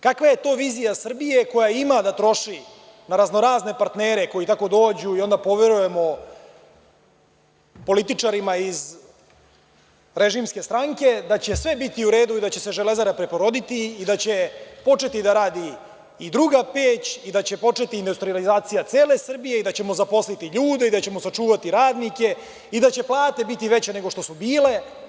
Kakva je to vizija Srbije koja ima da troši za raznorazne partnere koji tako dođu i onda poverujemo političarima iz režimske stranke da će sve biti u redu, da će se „Železara“ preporoditi i da će početi da radi i druga peć, da će početi industrijalizacija cele Srbije, da ćemo zaposliti ljude, da ćemo sačuvati radnike i da će plate biti veće nego što su bile?